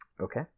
Okay